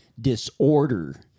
disorder